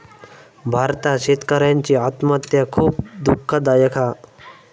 भारतात शेतकऱ्यांची आत्महत्या खुप दुःखदायक हा